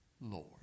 Lord